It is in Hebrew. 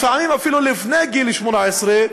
לפעמים אפילו לפני גיל 18,